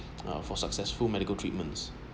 uh for successful medical treatments